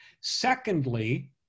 Secondly